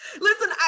Listen